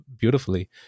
beautifully